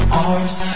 arms